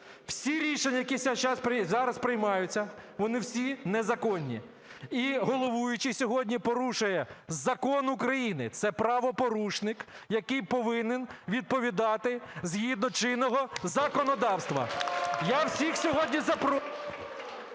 Всі рішення, які зараз приймаються, вони всі незаконні. І головуючий сьогодні порушує закон України. Це правопорушник, який повинен відповідати згідно чинного законодавства. Я всіх сьогодні запрошую…